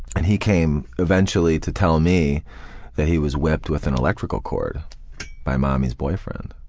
and he came eventually to tell me that he was whipped with an electrical cord by mommy's boyfriend.